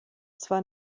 zwar